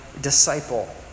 disciple